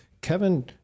Kevin